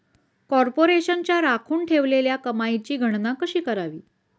कॉर्पोरेशनच्या राखून ठेवलेल्या कमाईची गणना कशी करावी